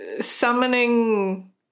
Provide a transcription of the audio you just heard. summoning